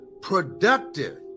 productive